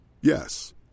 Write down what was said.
Yes